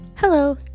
hello